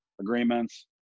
agreements